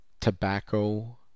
tobacco